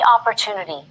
opportunity